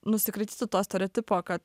nusikratytų to stereotipo kad